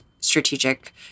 strategic